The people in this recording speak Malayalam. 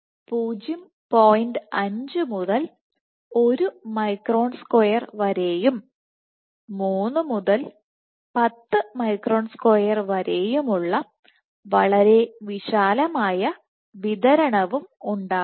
5 മുതൽ 1 മൈക്രോൺ സ്ക്വയർ M വരെയും 3 മുതൽ 10 മൈക്രോൺ സ്ക്വയർ വരെയുമുള്ള വളരെ വിശാലമായ വിതരണവും ഉണ്ടാവാം